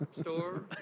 store